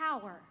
power